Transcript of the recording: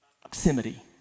proximity